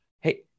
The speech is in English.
hey